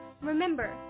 Remember